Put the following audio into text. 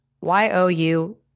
Y-O-U